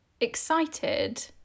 excited